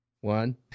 one